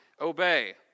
obey